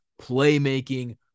playmaking